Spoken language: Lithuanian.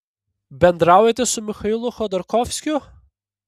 bendraujate su michailu chodorkovskiu